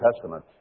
Testament